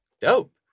Dope